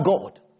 God